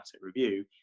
review